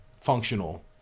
functional